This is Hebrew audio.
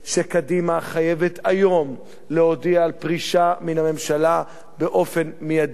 שקדימה חייבת היום להודיע על פרישה מהממשלה באופן מיידי.